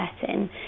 setting